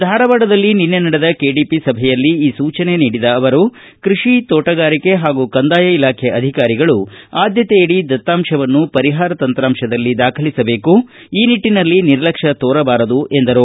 ಧಾರವಾಡದಲ್ಲಿ ನಿನ್ನೆ ನಡೆದ ಕೆಡಿಪಿ ಸಭೆಯಲ್ಲಿ ಈ ಸೂಚನೆ ನೀಡಿದ ಅವರು ಕೃಷಿ ತೋಟಗಾರಿಕೆ ಹಾಗೂ ಕಂದಾಯ ಇಲಾಖೆ ಅಧಿಕಾರಿಗಳು ಆದ್ಯತೆಯಡಿ ದತ್ತಾಂಶವನ್ನು ಪರಿಹಾರ್ ತಂತ್ರಾಂಶದಲ್ಲಿ ದಾಖಲಿಸಬೇಕು ಈ ನಿಟ್ಟಿನಲ್ಲಿ ನಿರ್ಲಕ್ಷ್ಮ ತೋರಬಾರದು ಎಂದರು